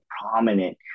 prominent